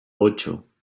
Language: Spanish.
ocho